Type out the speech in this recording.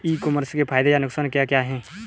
ई commerce के फायदे या नुकसान क्या क्या हैं?